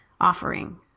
offering